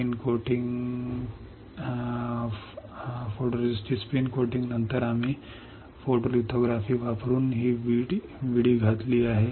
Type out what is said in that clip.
spin coating photoresist नंतर आम्ही photolithography वापरून ही विंडो उघडली आहे